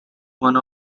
one